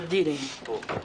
בבקשה.